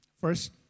First